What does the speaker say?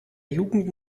jugend